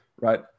right